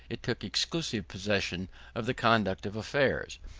it took exclusive possession of the conduct of affairs,